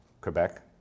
Quebec